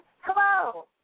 hello